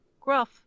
Gruff